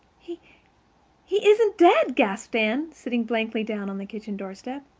he he isn't dead, gasped anne, sitting blankly down on the kitchen doorstep.